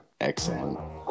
Excellent